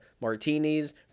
martinis